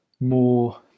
more